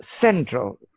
central